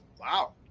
Wow